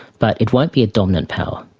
but it won't be a dominant power.